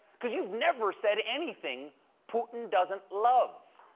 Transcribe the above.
because you've never said anything putin doesn't love.